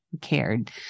cared